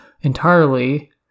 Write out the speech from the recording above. entirely